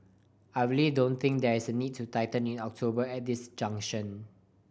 I really don't think there is a need to tighten in October at this junction